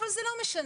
אבל זה לא משנה.